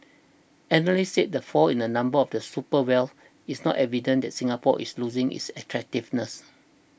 analysts said the fall in the number of the super wealthy is not evidence that Singapore is losing its attractiveness